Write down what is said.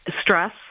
stress